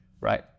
right